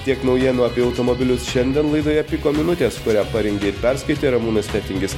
tiek naujienų apie automobilius šiandien laidoje piko minutės kurią parengė ir perskaitė ramūnas fetingis